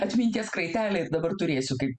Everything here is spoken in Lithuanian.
atminties kraitelį ir dabar turėsiu kaip